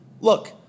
look